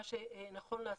מה שנכון לעשות,